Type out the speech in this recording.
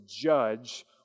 judge